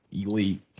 elite